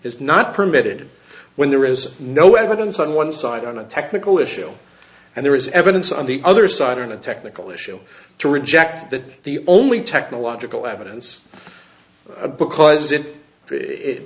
is not permitted when there is no evidence on one side on a technical issue and there is evidence on the other side in a technical issue to reject that the only technological evidence because it